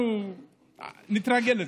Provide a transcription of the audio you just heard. אני חושבת, אנחנו נתרגל לזה.